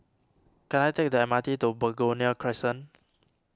can I take the M R T to Begonia Crescent